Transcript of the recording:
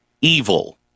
evil